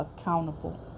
accountable